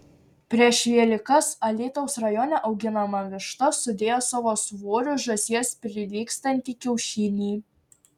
prieš velykas alytaus rajone auginama višta sudėjo savo svoriu žąsies prilygstantį kiaušinį